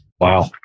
Wow